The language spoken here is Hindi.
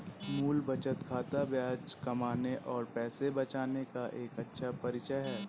मूल बचत खाता ब्याज कमाने और पैसे बचाने का एक अच्छा परिचय है